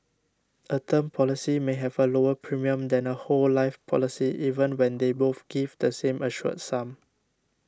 a term policy may have a lower premium than a whole life policy even when they both give the same assured sum